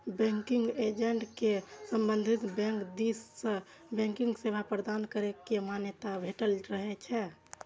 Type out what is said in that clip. banking agent कें संबंधित bank दिस सं बैंकिंग सेवा प्रदान करै के मान्यता भेटल रहै छै